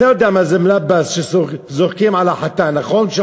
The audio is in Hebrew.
אתה יודע מה זה "מְלַבַּס" שזורקים על החתן שעולה,